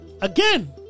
again